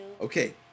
Okay